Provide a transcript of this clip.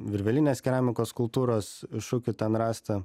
virvelinės keramikos kultūros šukių ten rasta